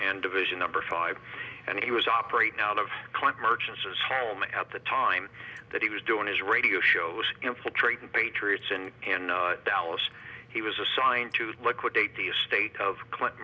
and division number five and he was operating out of clint merchant says holman at the time that he was doing his radio shows infiltrating patriots and in dallas he was assigned to liquidate the estate of clint